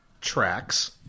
tracks